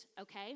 okay